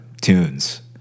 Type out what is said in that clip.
tunes